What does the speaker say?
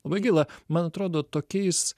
labai gaila man atrodo tokiais